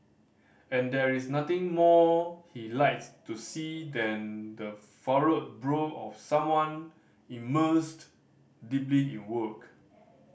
and there is nothing more he likes to see than the furrowed brow of someone immersed deeply in work